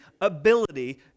ability